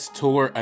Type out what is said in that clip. tour